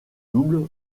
double